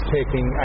taking